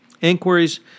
inquiries